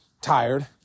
tired